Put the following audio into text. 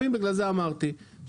בגלל זה אמרתי אוהבים, לא אוהבים.